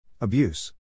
Abuse